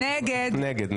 נגד, נגד.